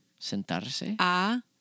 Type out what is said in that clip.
Sentarse